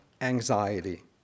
anxiety